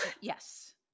Yes